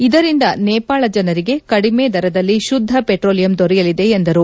ಇದರಿಂದ ನೇಪಾಳ ಜನರಿಗೆ ಕಡಿಮೆ ದರದಲ್ಲಿ ಶುದ್ದ ಪೆಟ್ರೋಲಿಯಂ ದೊರೆಯಲಿದೆ ಎಂದರು